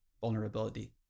vulnerability